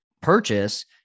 purchase